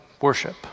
worship